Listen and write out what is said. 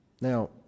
Now